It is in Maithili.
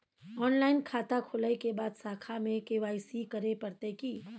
ऑनलाइन खाता खोलै के बाद शाखा में के.वाई.सी करे परतै की?